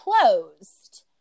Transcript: closed